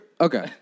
Okay